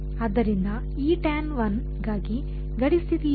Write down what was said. ಆದ್ದರಿಂದ ಗಾಗಿ ಗಡಿ ಸ್ಥಿತಿ ಏನು